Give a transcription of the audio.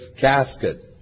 casket